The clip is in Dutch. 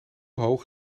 hoog